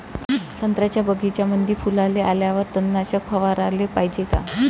संत्र्याच्या बगीच्यामंदी फुलाले आल्यावर तननाशक फवाराले पायजे का?